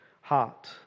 heart